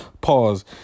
Pause